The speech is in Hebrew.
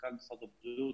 מנכ"ל משרד הבריאות,